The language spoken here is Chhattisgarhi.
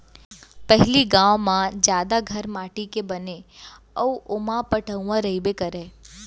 पहिली गॉंव मन म जादा घर माटी के बनय अउ ओमा पटउहॉं रइबे करय